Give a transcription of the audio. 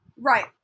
right